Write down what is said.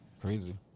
Crazy